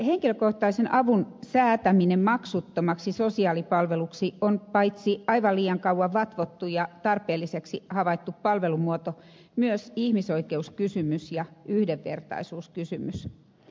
henkilökohtaisen avun säätäminen maksuttomaksi sosiaalipalveluksi on paitsi aivan liian kauan vatvottu ja tarpeelliseksi havaittu palvelumuoto myös ihmisoikeuskysymys ja yhdenvertaisuuskysymys